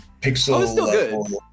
pixel